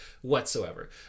whatsoever